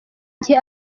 gihe